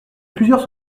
plusieurs